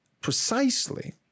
precisely